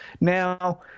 Now